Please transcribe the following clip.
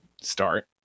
start